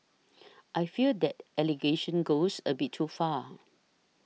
I fear that allegation goes a bit too far